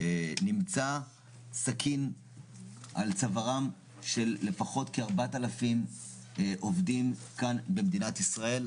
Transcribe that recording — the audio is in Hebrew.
נמצא סכין על צווארם של לפחות כ-4,000 עובדים כאן במדינת ישראל,